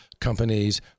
companies